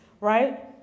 right